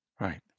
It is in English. Right